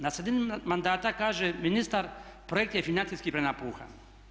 Na sredini mandata kaže ministar projekt je financijski prenapuhan.